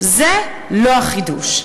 זה לא החידוש,